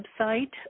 website